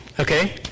Okay